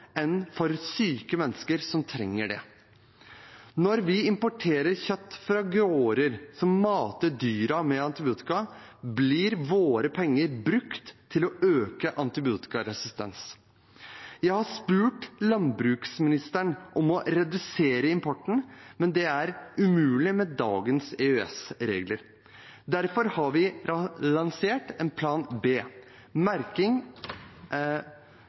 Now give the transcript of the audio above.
enn til syke mennesker som trenger det. Når vi importerer kjøtt fra gårder som mater dyrene med antibiotika, blir våre penger brukt til å øke forekomsten av antibiotikaresistens. Jeg har spurt landbruksministeren om å redusere importen, men det er umulig med dagens EØS-regler. Derfor har vi lansert en plan b, nemlig merking